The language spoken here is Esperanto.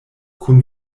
kun